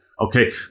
Okay